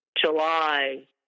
July